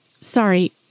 sorry